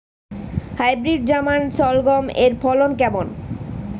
Hybrid German শালগম এর ফলন কেমন?